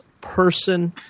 person